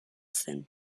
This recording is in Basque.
zen